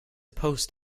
post